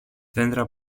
δέντρα